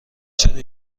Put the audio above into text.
چرا